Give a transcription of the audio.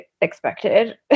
expected